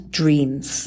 dreams